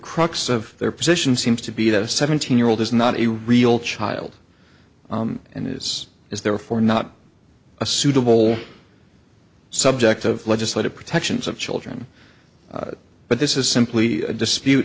crux of their position seems to be that a seventeen year old is not a real child and is is therefore not a suitable subject of legislative protections of children but this is simply a dispute